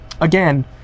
again